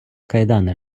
кайдани